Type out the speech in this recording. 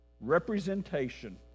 representation